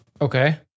Okay